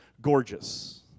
gorgeous